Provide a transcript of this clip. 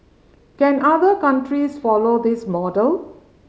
can other countries follow this model